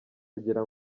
kugira